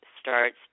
starts